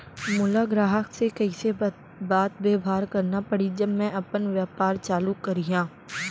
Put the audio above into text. मोला ग्राहक से कइसे बात बेवहार करना पड़ही जब मैं अपन व्यापार चालू करिहा?